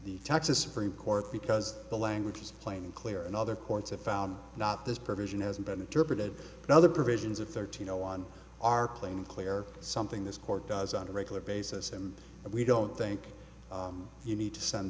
the texas supreme court because the language is plain and clear and other courts have found not this provision has been interpreted in other provisions of thirteen zero on our plain clear something this court does on a regular basis and we don't think you need to send